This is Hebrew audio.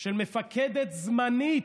של מפקדת זמנית,